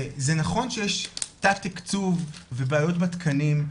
וזה נכון שיש תת תקצוב ובעיות בתקנים.